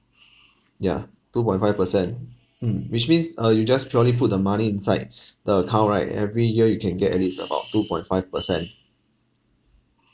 yeah two point five percent mm which means uh you just purely put the money inside the account right every year you can get at least about two point five percent